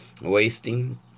wasting